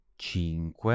Cinque